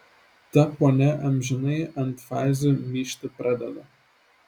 ta ponia amžinai ant fazių myžti pradeda